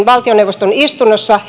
valtioneuvoston istunnossa